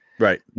Right